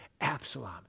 Absalom